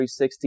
360